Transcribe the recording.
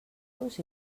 los